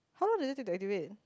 how long do you take to activate